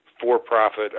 For-profit